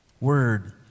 word